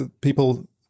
people